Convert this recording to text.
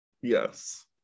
Yes